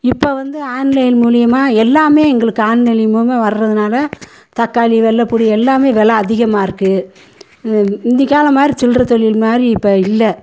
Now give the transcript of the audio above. இப்போ வந்து ஆன்லைன் மூலியமாக எல்லாமே எங்களுக்கு ஆன்லைனின் மூலமாக வர்றதுனால தக்காளி வெள்ளப்புடி எல்லாமே வில அதிகமாக இருக்கு முந்தி காலம் மாரி சில்லற தொழில்மாரி இப்போ இல்லை